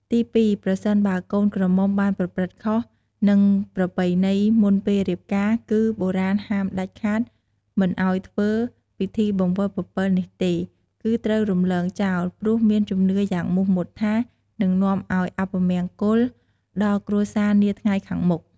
ទីពីរ ប្រសិនបើកូនក្រមុំបានប្រព្រឹត្តខុស នឹងប្រពៃណីមុនពេលរៀបការ គឺបុរាណហាមដាច់ខាតមិនឱ្យធ្វើ ពិធីបង្វិលពពិលនេះទេ គឺត្រូវរំលងចោលព្រោះមានជំនឿយ៉ាងមុតមាំថានឹងនាំឱ្យអពមង្គលដល់គ្រួសារនាថ្ងៃខាងមុខ ។